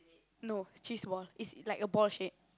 no cheese ball it's like a ball shape